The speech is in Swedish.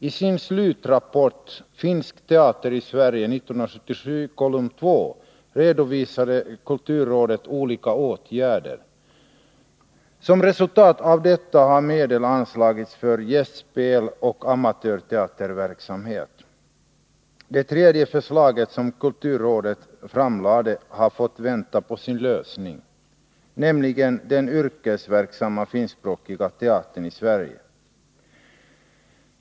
I sin slutrapport 1977:2, Finsk teater i Sverige, redovisade kulturrådet olika åtgärder. Som ett resultat av detta har medel anslagits för gästspel och amatörteaterverksamhet. Det tredje förslaget som kulturrådet framlade har fått vänta på sin lösning, nämligen den yrkesverksamma finskspråkiga teatern i Sverige.